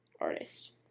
Artist